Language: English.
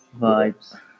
vibes